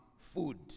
Food